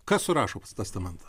kas surašo testamentą